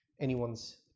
anyone's